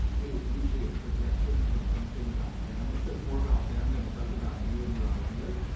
it is usually a projection of something about them, it says more about them than it does about you and your ideas.